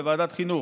בוועדת החינוך,